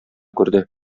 күрде